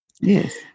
Yes